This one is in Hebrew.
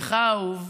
לך, אהוב,